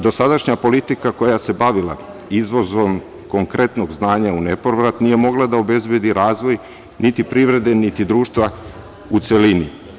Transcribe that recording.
Dosadašnja politika koja se bavila izvozom konkretnog znanja u nepovrat, nije mogla da obezbedi razvoj, niti privrede, niti društva u celini.